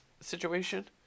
situation